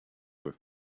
with